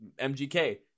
mgk